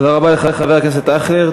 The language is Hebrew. תודה רבה לחבר הכנסת אייכלר.